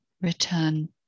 return